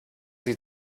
sie